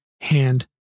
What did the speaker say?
hand